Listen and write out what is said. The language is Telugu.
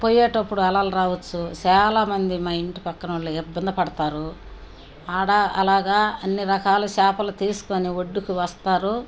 పొయేటప్పుడు అలలు రావచ్చు చాలామంది మా ఇంటి పక్కన వాళ్ళు ఇబ్బంది పడతారు అక్కడ అలాగా అన్ని రకాల చేపలు తీసుకోని ఒడ్డుకు వస్తారు